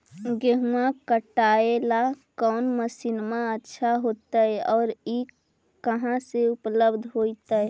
गेहुआ काटेला कौन मशीनमा अच्छा होतई और ई कहा से उपल्ब्ध होतई?